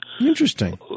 Interesting